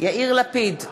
יאיר לפיד,